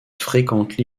frequently